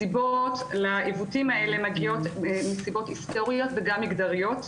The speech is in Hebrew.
הסיבות לעיוותים הללו הן היסטוריות וגם מגדריות.